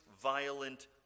violent